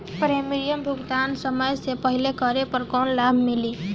Premium भुगतान समय से पहिले करे पर कौनो लाभ मिली?